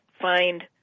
find